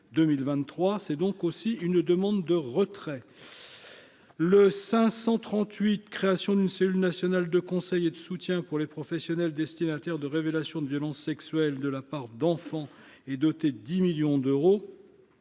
c'est donc aussi une demande de retrait le 538 création d'une cellule nationale de conseil et de soutien pour les professionnels, destinataire de révélations de violences sexuelles de la part d'enfants et doté 10 millions d'euros.